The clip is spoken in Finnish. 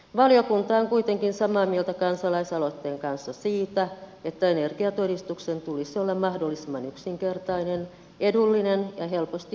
valiokunta on kuitenkin samaa mieltä kansalaisaloitteen kanssa siitä että energiatodistuksen tulisi olla mahdollisimman yksinkertainen edullinen ja helposti ymmärrettävä